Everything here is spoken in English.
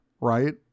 right